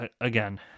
again